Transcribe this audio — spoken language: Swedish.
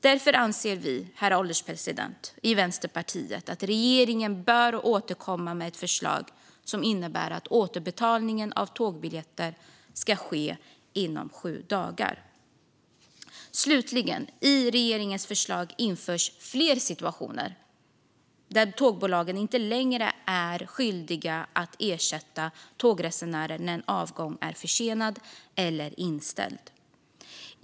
Därför anser vi i Vänsterpartiet, herr ålderspresident, att regeringen bör återkomma med ett förslag som innebär att återbetalning av tågbiljetter ska ske inom sju dagar. I regeringens förslag införs fler situationer där tågbolagen inte längre är skyldiga att ersätta tågresenärer när en avgång är försenad eller inställd.